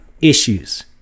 issues